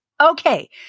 Okay